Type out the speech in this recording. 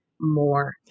more